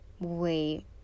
wait